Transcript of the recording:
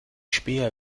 späher